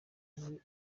muri